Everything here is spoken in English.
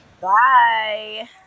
Bye